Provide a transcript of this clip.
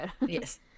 yes